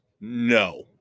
no